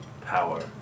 power